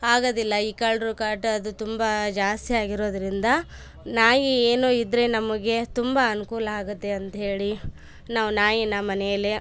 ಆಗೋದಿಲ್ಲ ಈ ಕಳ್ಳರ ಕಾಟ ಅದು ತುಂಬ ಜಾಸ್ತಿಯಾಗಿರೋದರಿಂದ ನಾಯಿ ಏನೋ ಇದ್ದರೆ ನಮಗೆ ತುಂಬ ಅನುಕೂಲಾಗತ್ತೆ ಅಂತಹೇಳಿ ನಾವು ನಾಯಿನ ಮನೆಯಲ್ಲೆ